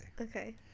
Okay